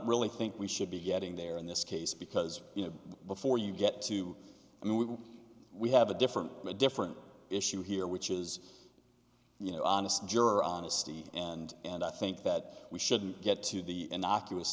really think we should be getting there in this case because you know before you get to i mean we we have a different a different issue here which is you know honest juror honesty and and i think that we shouldn't get to the innocuous